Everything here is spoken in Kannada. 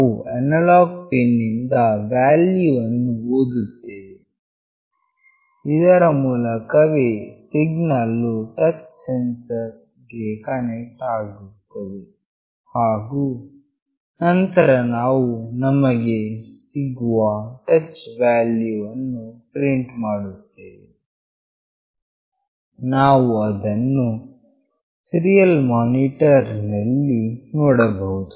ನಾವು ಅನಲಾಗ್ ಪಿನ್ ನಿಂದ ವ್ಯಾಲ್ಯೂ ವನ್ನು ಓದುತ್ತೇವೆ ಇದರ ಮೂಲಕವೇ ಸಿಗ್ನಲ್ ವು ಟಚ್ ಸೆನ್ಸರ್ ಗೆ ಕನೆಕ್ಟ್ ಆಗುತ್ತದೆ ಹಾಗು ನಂತರ ನಾವು ನಮಗೆ ಸಿಗುವ ಟಚ್ ವ್ಯಾಲ್ಯೂ ವನ್ನು ಪ್ರಿಂಟ್ ಮಾಡುತ್ತೇವೆ ನೀವು ಅದನ್ನು ಸೀರಿಯಲ್ ಮಾನಿಟರ್ ನಲ್ಲಿ ನೋಡಬಹುದು